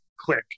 click